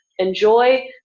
enjoy